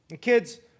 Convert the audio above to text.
Kids